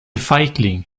feigling